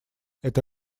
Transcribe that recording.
это